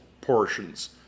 portions